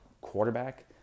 quarterback